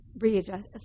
readjust